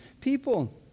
people